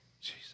Jesus